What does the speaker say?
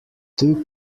two